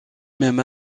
même